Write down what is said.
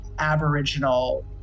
aboriginal